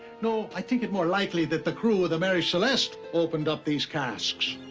no, i think it more likely that the crew of the mary celeste opened up these casks.